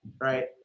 Right